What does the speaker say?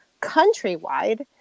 countrywide